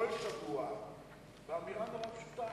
יושב-ראש הקואליציה בא אלי ואל חברי הכנסת כל שבוע באמירה נורא פשוטה: